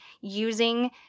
using